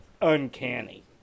uncanny